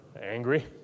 angry